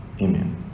Amen